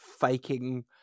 faking